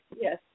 Yes